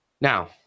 Now